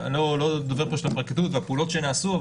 אני לא דובר פה של הפרקליטות והפעולות שנעשו,